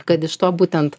kad iš to būtent